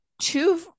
two